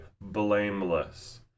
blameless